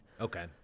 okay